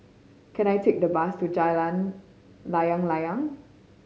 can I take a bus to Jalan Layang Layang